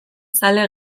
zale